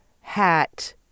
hat